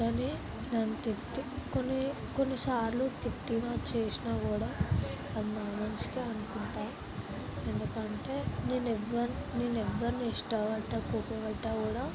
కానీ నన్ను తిట్టి కొన్నికొన్నిసార్లు తిట్టినా చేసినా కూడా అది మన మంచికే అనుకుంటాను ఎందుకంటే నేను ఎవరి ఎవరిని ఇష్టపడ్డ కోపపడ్డా కూడా